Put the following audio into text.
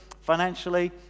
financially